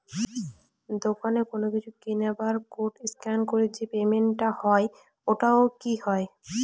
দোকানে কোনো কিছু কিনে বার কোড স্ক্যান করে যে পেমেন্ট টা হয় ওইটাও কি হয়?